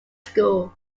school